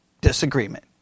Disagreement